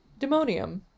demonium